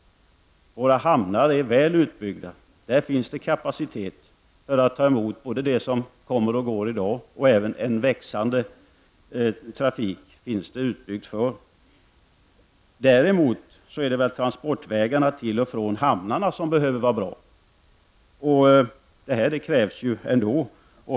Våra hamnar är väl utbyggda. Där finns det kapacitet för att ta emot både det som kommer och det som går i dag -- och även en växande trafik. Däremot behöver transportvägarna till och från hamnarna bli bättre, och det krävs ju ändå.